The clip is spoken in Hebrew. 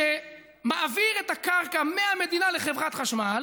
שמעביר את הקרקע מהמדינה לחברת החשמל,